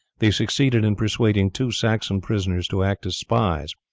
they succeeded in persuading two saxon prisoners to act as spies,